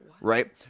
Right